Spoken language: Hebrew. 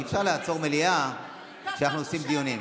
אי-אפשר לעצור מליאה כשאנחנו עושים דיונים,